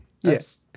yes